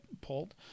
pulled